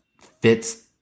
fits